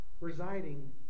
residing